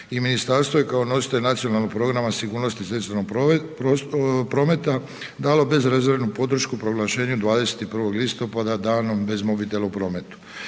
i ministarstvo je kao nositelj Nacionalnog programa sigurnosti u cestovnom prometu dalo bezrezervnu podršku proglašenju 21. listopada danom bez mobitela u prometu,